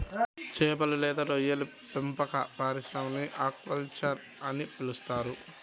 చేపలు లేదా రొయ్యల పెంపక పరిశ్రమని ఆక్వాకల్చర్ అని పిలుస్తారు